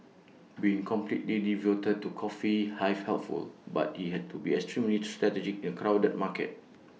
being completely devoted to coffee hive helpful but he had to be extremely strategic in crowded market